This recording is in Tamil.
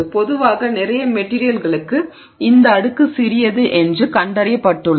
பொதுவாக நிறைய மெட்டிரியல்களுக்கு இந்த அடுக்கு சிறியது என்று கண்டறியப்பட்டுள்ளது